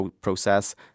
process